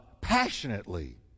passionately